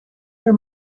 her